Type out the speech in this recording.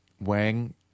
Wang